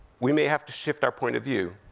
we may have to shift our point of view.